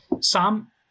Sam